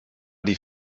die